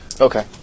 Okay